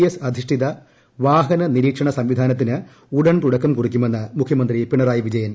S അധിഷ്ഠിത വാഹന നിരീക്ഷണ സംവിധാനത്തിന് ഉടൻ തുടക്കം കുറിക്കുമെന്ന് മുഖ്യമന്ത്രി പിണറായി വിജയൻ